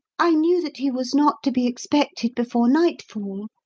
i knew that he was not to be expected before nightfall.